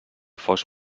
fos